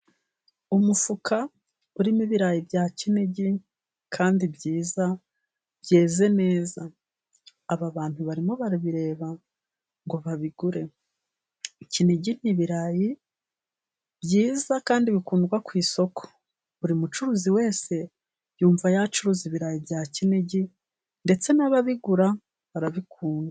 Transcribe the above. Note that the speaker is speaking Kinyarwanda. Umufuka urimo ibirayi bya kinigi kandi byiza byeze neza aba bantu barimo barabireba ngo babigure, kinigi ni ibirayi byiza kandi bikundwa ku isoko, buri mucuruzi wese yumva yacuruza ibirayi bya kinigi ndetse n'ababigura barabikunda.